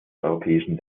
europäischen